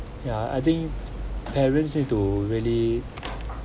ya I think parents needs to really